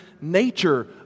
nature